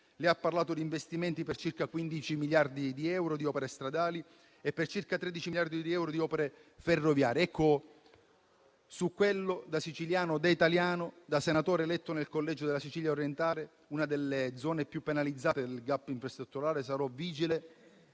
Lei ha parlato di investimenti per circa 15 miliardi di euro in opere stradali e per circa 13 miliardi in euro di opere ferroviarie. Ecco, su questo, da siciliano, da italiano e da senatore eletto nel collegio della Sicilia orientale, una delle zone più penalizzate dal *gap* infrastrutturale, sarò vigile